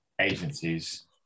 agencies